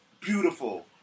beautiful